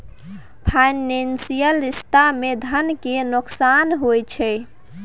financial रिश्ता मे धन केर नोकसान होइ छै